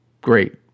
great